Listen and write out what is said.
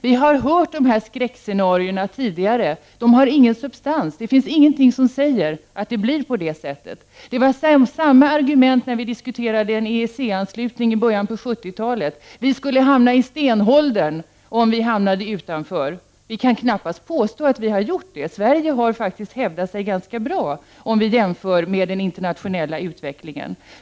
Vi har hört dessa skräckscenarion tidigare. De har ingen substans. Det finns ingenting som säger att det blir på det sättet. Samma argument framfördes när vi diskuterade en EEC-anslutning i början av 70-talet. Sverige skulle hamna i stenåldern utan en anslutning. Vi kan knappast påstå att Sverige har gjort det. Sverige har faktiskt hävdat sig ganska bra, om vi jämför med den internationella utvecklingen.